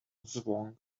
zvooq